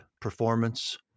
performance